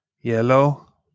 Yellow